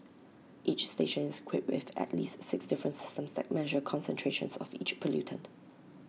each station is equipped with at least six different systems that measure concentrations of each pollutant